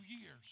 years